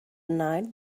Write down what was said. night